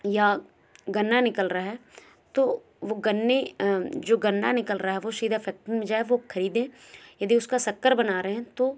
या गन्ना निकल रहा है तो वो गन्ने जो गन्ना निकल रहा है वो सीधा फैक्ट्री में जाए वो खरीदें यदि उसका शक्कर बना रहे हैं तो